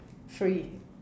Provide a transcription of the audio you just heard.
free